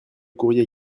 courrier